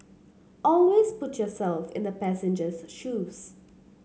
always put yourself in the passenger's shoes